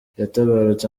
yatabarutse